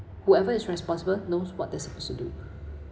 whoever is responsible knows what they're supposed to do